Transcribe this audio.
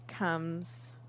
comes